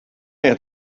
had